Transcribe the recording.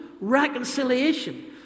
reconciliation